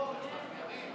חבר הכנסת ביטן,